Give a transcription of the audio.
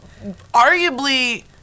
Arguably